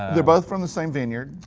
they're both from the same vineyard,